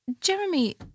Jeremy